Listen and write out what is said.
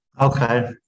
Okay